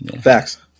facts